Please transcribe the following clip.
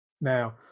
Now